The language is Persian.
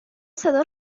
صدا